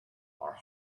are